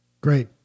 Great